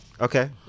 Okay